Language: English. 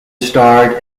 starred